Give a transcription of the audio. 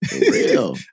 real